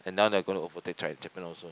and now they are going to overtake Chi~ Japan also